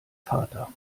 vater